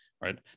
right